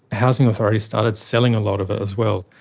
housing authorities started selling a lot of it as well.